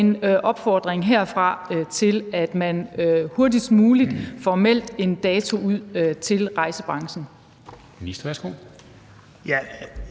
en opfordring herfra til, at man hurtigst muligt får meldt en dato ud til rejsebranchen.